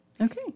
Okay